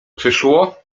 przyszło